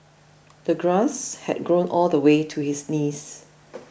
the grass had grown all the way to his knees